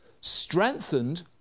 Strengthened